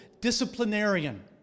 disciplinarian